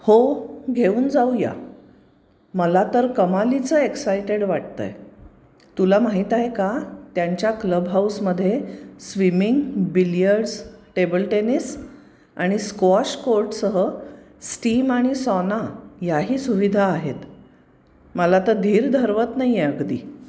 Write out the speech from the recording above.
हो घेऊन जाऊया मला तर कमालीचं एक्साइटेड वाटत आहे तुला माहीत आहे का त्यांच्या क्लबहाऊसमध्ये स्विमिंग बिलियर्ड्स टेबल टेनिस आणि स्क्वॉश कोर्टसह स्टीम आणि सॉना याही सुविधा आहेत मला तर धीर धरवत नाही आहे अगदी